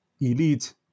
elite